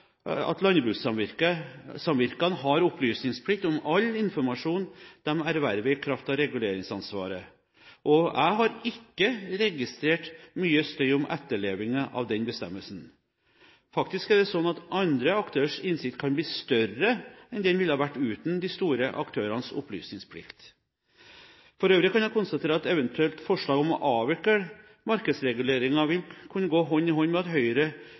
forskriftsfestet at landbrukssamvirkene har opplysningsplikt om all informasjon de erverver i kraft av reguleringsansvaret, og jeg har ikke registrert mye støy om etterlevingen av den bestemmelsen. Faktisk er det slik at andre aktørers innsikt kan bli større enn den ville vært uten de store aktørenes opplysningsplikt. For øvrig kan jeg konstatere at et eventuelt forslag om å avvikle markedsreguleringen, vil kunne gå hånd i hånd med at Høyre